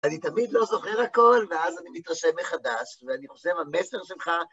אני תמיד לא זוכר הכל ואז אני מתרשם מחדש, ואני חושב על המסר שלך...